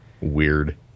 Weird